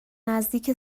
نزدیک